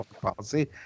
policy